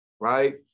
right